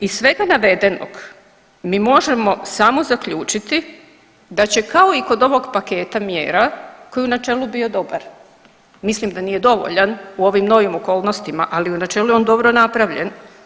Iz svega navedenog mi možemo samo zaključiti da će kao i kod ovog paketa mjera koji je u načelu bio dobar, mislim da nije dovoljan u ovim novim okolnostima, ali u načelu je on dobro napravljen.